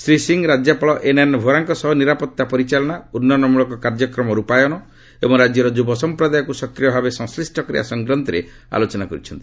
ଶ୍ରୀ ସିଂ ରାଜ୍ୟପାଳ ଏନ୍ଏନ୍ ଭୋରାଙ୍କ ସହ ନିରାପତ୍ତା ପରିଚାଳନା ଉନ୍ନୟନ ମୂଳକ କାର୍ଯ୍ୟକ୍ରମ ରୂପାୟନ ଏବଂ ରାଜ୍ୟର ଯୁବ ସଂପ୍ରଦାୟକ୍ତ ସକ୍ରିୟ ଭାବେ ସଂଶ୍ରିଷ୍ଟ କରିବା ସଂକ୍ରାନ୍ତରେ ଆଲୋଚନା କରିଛନ୍ତି